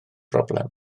broblem